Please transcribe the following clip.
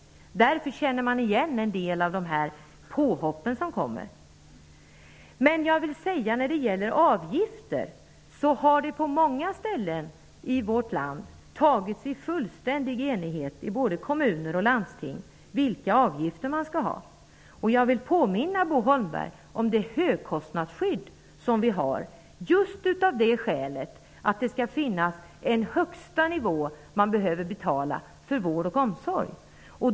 Därför känner man igen en del av de här påhoppen. När det gäller avgifter har man i många kommuner och landsting i vårt land i fullständig enighet antagit vilka avgifter man skall ha. Jag vill påminna Bo Holmberg om det högkostnadsskydd vi har just av det skälet att det skall finnas en högsta nivå för vad man behöver betala för vård och omsorg.